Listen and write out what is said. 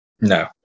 no